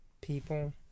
people